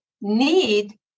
need